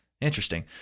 Interesting